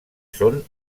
són